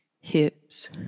hips